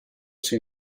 sia